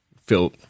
feel